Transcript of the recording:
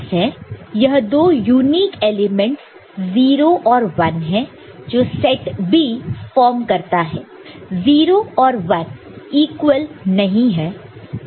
यह दो unique elements 0 और 1 है जो सेट B फॉर्म करता है 0 और 1 इक्वल नहीं है